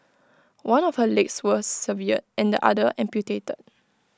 one of her legs was severed and the other amputated